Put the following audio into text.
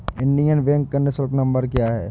Indian bank का निःशुल्क number क्या है?